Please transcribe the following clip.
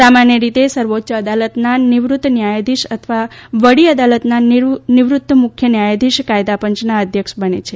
સામાન્ય રીતે સર્વોચ્ય અદાલતના નિવૃત્ત ન્યાયાધીશ અથવા વકી અદાલતના નિવૃત્ત મુખ્ય ન્યાયાધીશ કાયદાપંચના અધ્યક્ષ બને છે